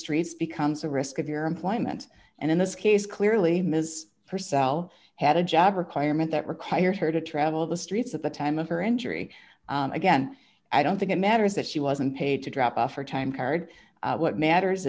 streets becomes a risk of your employment and in this case clearly ms purcell had a job requirement that required her to travel the streets at the time of her entry again i don't think it matters that she wasn't paid to drop off her time card what matters